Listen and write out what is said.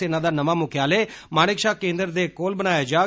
सेना दा नमां मुख्यालय मानेकशाह केन्द्र दे कोल बनाया जाग